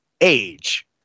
Age